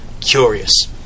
Curious